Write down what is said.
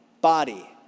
body